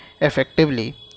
effectively